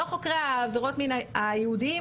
לא חוקרי עבירות המין הייעודים,